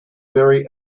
very